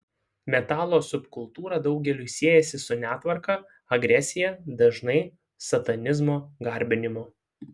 metalo subkultūra daugeliui siejasi su netvarka agresija dažnai satanizmo garbinimu